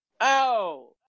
Ow